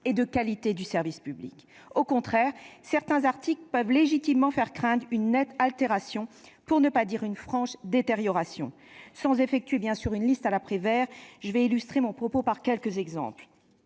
et de qualité du service public. Au contraire, certains articles peuvent légitimement faire craindre une nette altération, pour ne pas dire une franche détérioration. Sans établir une liste à la Prévert, j'illustrerai mon propos par quelques exemples.